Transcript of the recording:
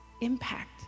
impact